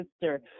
sister